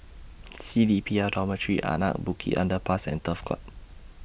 C D P L Dormitory Anak Bukit Underpass and Turf Club